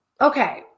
Okay